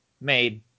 made